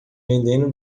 vendendo